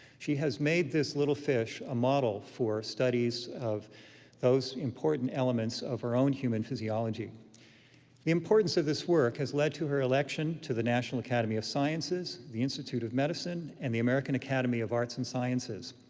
she has made this little fish a model for studies of those important elements of our own human physiology. the importance of this work has led to her election to the national academy of sciences, the institute of medicine, and the american academy of arts and sciences.